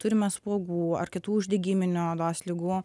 turime spuogų ar kitų uždegiminių odos ligų